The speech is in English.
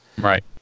Right